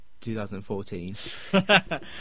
2014